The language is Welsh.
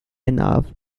bennaf